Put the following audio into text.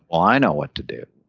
i know what to do.